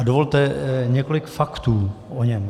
Dovolte několik faktů o něm.